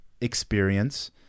experience